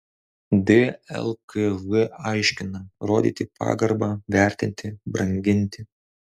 dlkž aiškina rodyti pagarbą vertinti branginti